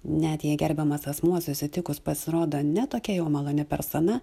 net jei gerbiamas asmuo susitikus pasirodo ne tokia jau maloni persona